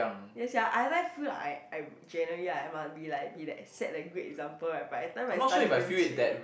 ya sia I everytime feel I I generally like I must be like be the a set a great example right but by the time I study damn cui